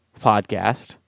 podcast